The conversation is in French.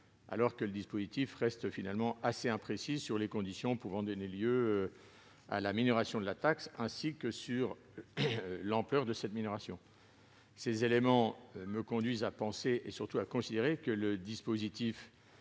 alors que le dispositif reste assez imprécis sur les conditions pouvant donner lieu à la minoration de la taxe, ainsi que sur l'ampleur de cette minoration. Ces éléments me conduisent à considérer que le dispositif